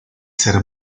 ser